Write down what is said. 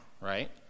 right